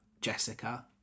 Jessica